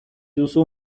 duzu